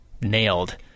nailed